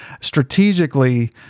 strategically